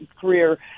career